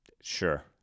Sure